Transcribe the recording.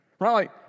Right